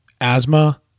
Asthma